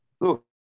look